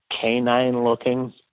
canine-looking